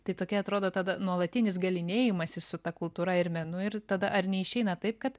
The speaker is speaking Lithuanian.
tai tokia atrodo tada nuolatinis galynėjimasis su ta kultūra ir menu ir tada ar neišeina taip kad